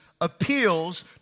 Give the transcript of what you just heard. appeals